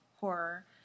horror